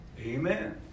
Amen